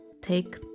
take